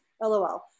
LOL